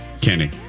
Kenny